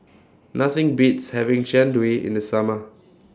Nothing Beats having Jian Dui in The Summer